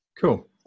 Cool